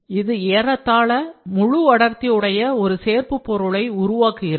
இது ஏறத்தாழ முழு அடர்த்தி உடைய ஒரு சேர்ப்பு பொருளை உருவாக்குகிறது